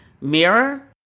mirror